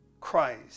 Christ